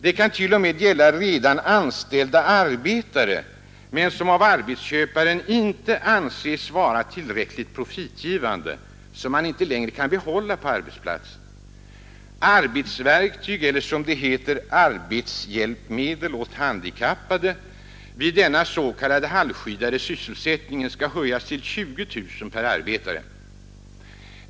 Det kan t.o.m. gälla arbetare som redan är anställda men som av arbetsköparen inte anses vara tillräckligt profitgivande, som man inte längre kan behålla på arbetsplatsen. Beloppet för arbetsverktyg eller, som det heter, ”arbetshjälpmedel åt handikappade” vid denna s.k. halvskyddade sysselsättning skall höjas till 20 000 per arbetare.